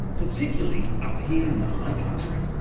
particularly up here in the high country.